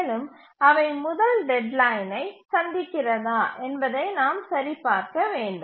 மேலும் அவை முதல் டெட்லைனை சந்திக்கிறதா என்பதை நாம் சரிபார்க்க வேண்டும்